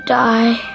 die